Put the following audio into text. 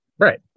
Right